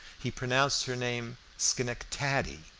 he pronounced her name schenectady,